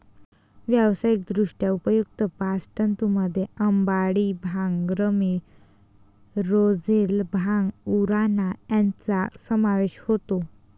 व्यावसायिकदृष्ट्या उपयुक्त बास्ट तंतूंमध्ये अंबाडी, भांग, रॅमी, रोझेल, भांग, उराणा यांचा समावेश होतो